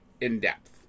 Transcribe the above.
in-depth